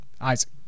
Isaac